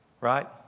right